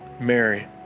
Mary